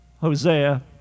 Hosea